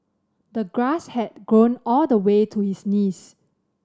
the grass had grown all the way to his knees